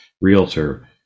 realtor